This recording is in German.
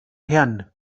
herren